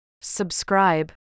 Subscribe